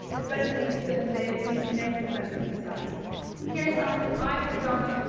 especially in particular in imagination class of bcis. here's something i have done.